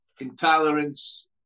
intolerance